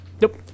Nope